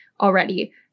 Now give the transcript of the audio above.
already